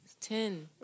Ten